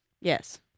Yes